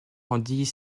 rendit